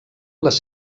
les